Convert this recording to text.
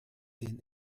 den